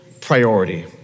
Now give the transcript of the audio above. priority